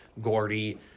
Gordy